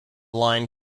line